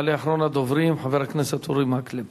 יעלה אחרון הדוברים, חבר הכנסת אורי מקלב.